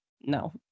no